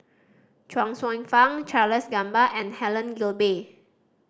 Chuang Hsueh Fang Charles Gamba and Helen Gilbey